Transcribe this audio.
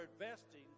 investing